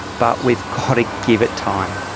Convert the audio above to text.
but we've got to give it time.